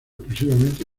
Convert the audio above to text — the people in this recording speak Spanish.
exclusivamente